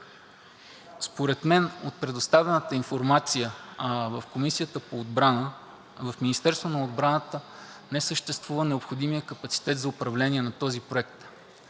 Според мен от предоставената информация в Комисията по отбрана, в Министерството на отбраната не съществува необходимият капацитет за управление на този проект.